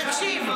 ------ תקשיב,